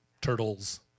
turtles